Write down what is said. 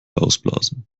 ausblasen